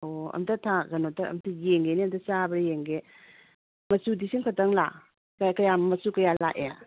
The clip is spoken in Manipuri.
ꯑꯣ ꯑꯝꯇ ꯀꯩꯅꯣ ꯇꯧ ꯑꯝꯇ ꯌꯦꯡꯒꯦꯅꯦ ꯑꯝꯇ ꯆꯥꯕ꯭ꯔꯥ ꯌꯦꯡꯒꯦ ꯃꯆꯨꯗꯤ ꯁꯤꯝꯈꯇꯪꯂꯥ ꯃꯆꯨ ꯀꯌꯥ ꯂꯥꯛꯑꯦ